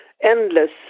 endless